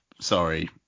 Sorry